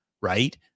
right